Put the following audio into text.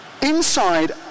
Inside